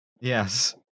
Yes